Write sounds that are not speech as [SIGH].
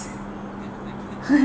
[LAUGHS]